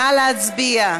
נא להצביע.